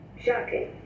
Shocking